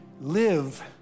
live